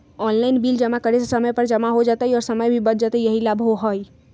Online bill जमा करे से समय पर जमा हो जतई और समय भी बच जाहई यही लाभ होहई?